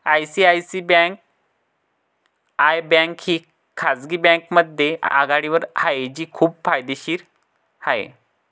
ICICI bank ही खाजगी बँकांमध्ये आघाडीवर आहे जी खूप फायदेशीर आहे